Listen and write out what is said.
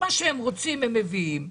מה שהם רוצים, הם מביאים.